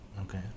Okay